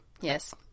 Yes